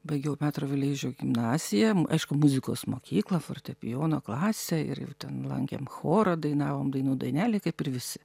baigiau petro vileišio gimnasiją aišku muzikos mokyklą fortepijono klasę ir jau ten lankėm chorą dainavom dainų dainelėj kaip ir visi